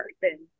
person